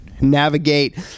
navigate